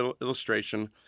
illustration